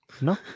No